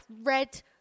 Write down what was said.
red